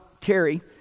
Terry